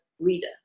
reader